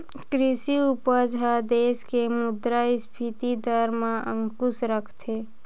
कृषि उपज ह देस के मुद्रास्फीति दर म अंकुस रखथे